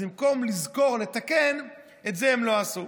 אז לזכור לתקן, את זה הם לא עשו.